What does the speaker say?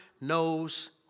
knows